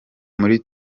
muri